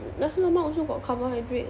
nasi lemak also got carbohydrate